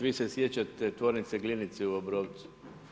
Vi se sjećate tvornice Glinice u Obrovcu?